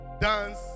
dance